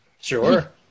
Sure